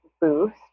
boost